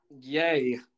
Yay